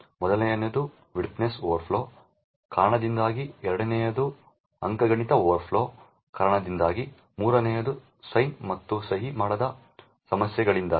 ಮೊದಲನೆಯದು wideness overflow ಕಾರಣದಿಂದಾಗಿ ಎರಡನೆಯದು ಅಂಕಗಣಿತದ ಓವರ್ಫ್ಲೋ ಕಾರಣದಿಂದಾಗಿ ಮೂರನೆಯದು ಸೈನ್ ಮತ್ತು ಸಹಿ ಮಾಡದ ಸಮಸ್ಯೆಗಳಿಂದಾಗಿ